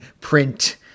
print